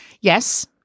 Yes